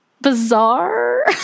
bizarre